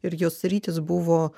ir jos sritys buvo